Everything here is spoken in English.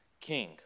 king